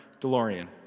DeLorean